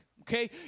Okay